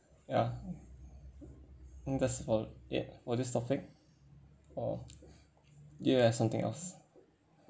ya and that's about it for this topic or do you have something else